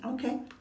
okay